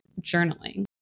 journaling